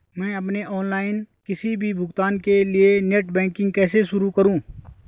मैं अपने ऑनलाइन किसी भी भुगतान के लिए नेट बैंकिंग कैसे शुरु करूँ?